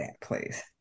please